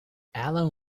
allen